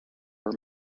are